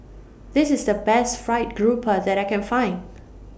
This IS The Best Fried Garoupa that I Can Find